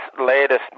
latest